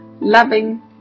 loving